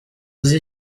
uzi